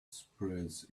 spreads